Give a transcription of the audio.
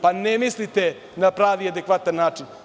Pa ne mislite na pravi i adekvatan način.